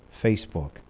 Facebook